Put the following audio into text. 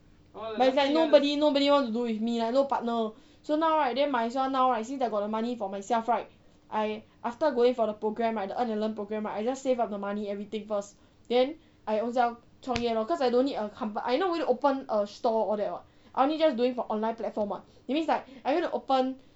but it's like nobody nobody want to do with me lah no partner so now right then might as well now right since I got the money for myself right I after going for the program right the earn and learn program right I just save up the money everything first then I ownself 创业 lor cause I don't need a company I not going to open a store all that [what] I only just doing for online platform [what] that means like I am going to open